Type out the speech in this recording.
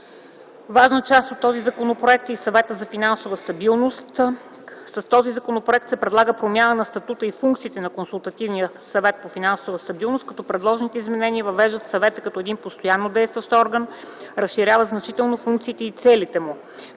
Важна част от този законопроект е и Съветът за финансова стабилност. С този законопроект се предлага промяна на статута и функциите на Консултативния съвет по финансова стабилност като предложените изменения въвеждат Съвета като един постоянно действащ орган, разширяват значително функциите и целите му,